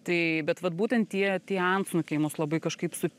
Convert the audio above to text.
tai bet vat būtent tie tie antsnukiai mus labai kažkaip su